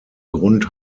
grund